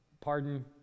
pardon